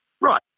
Right